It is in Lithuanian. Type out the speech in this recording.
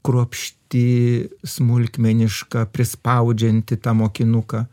kruopšti smulkmeniška prispaudžianti tą mokinuką